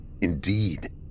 Indeed